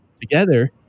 Together